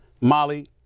Molly